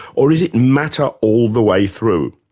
or is it matter all the way through?